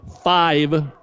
five